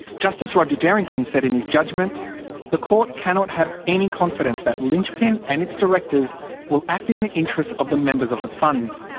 justice roger derrington said in his judgement the court cannot have any confidence that linchpin and its directors will act in the interests of the members of the funds.